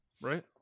Right